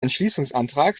entschließungsantrag